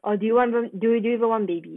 or do you want do you want one baby